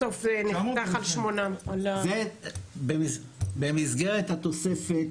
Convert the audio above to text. בסוף זה נחתך על 800. זה במסגרת התוספת